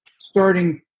starting